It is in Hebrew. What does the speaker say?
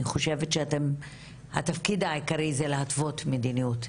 אני חושבת שהתפקיד העיקרי זה להתוות מדיניות,